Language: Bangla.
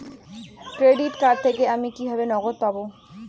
ক্রেডিট কার্ড থেকে আমি কিভাবে নগদ পাব?